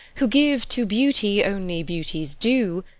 who give to beauty only beauty's due,